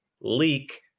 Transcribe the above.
leak